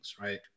right